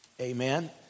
Amen